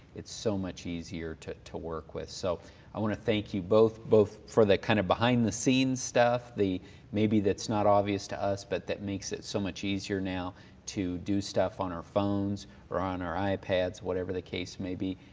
it's so much easier to to work with. so i want to thank you both, both for the kind of behind the scenes stuff maybe that's not obvious to us, but that makes it so much easier now to do stuff on our phones or on our ipads, whatever the case may be,